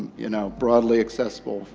you know, broadly accessible.